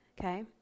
okay